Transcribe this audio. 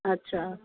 अच्छा